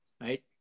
right